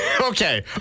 Okay